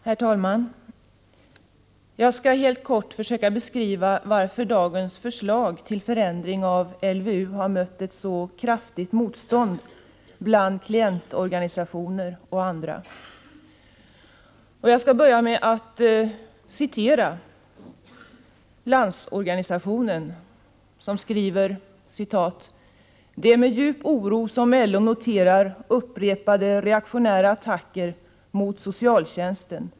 Herr talman! Jag skall helt kort försöka beskriva varför dagens förslag till förändring av LVU har mött ett så kraftigt motstånd från klientorganisationer och andra. Jag skall börja med att återge ett uttalande av Landsorganisationen, som skriver: Det är med djup oro som LO noterar upprepade reaktionära attacker mot socialtjänsten.